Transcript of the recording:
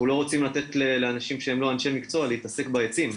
אנחנו לא רוצים לתת לאנשים שהם לא אנשי מקצוע להתעסק בעצים,